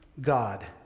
God